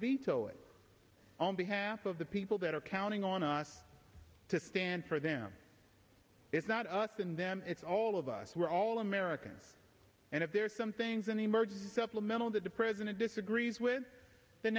veto it on behalf of the people that are counting on us to stand for them it's not us and them it's all of us we're all americans and if there's some things an emergency supplemental that the president disagrees with the